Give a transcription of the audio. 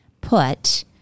put